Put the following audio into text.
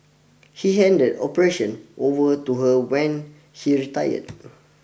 he handed operation over to her when he retired